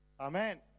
Amen